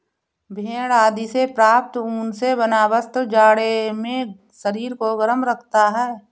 भेड़ आदि से प्राप्त ऊन से बना वस्त्र जाड़े में शरीर को गर्म रखता है